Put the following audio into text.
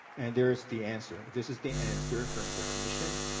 and there is the answer. this is the answer from the commission.